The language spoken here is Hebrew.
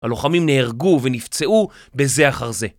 הלוחמים נהרגו ונפצעו בזה אחר זה.